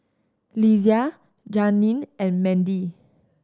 Lesia Janeen and Mandy